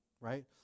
right